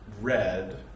red